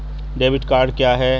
Debit card क्या है?